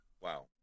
wow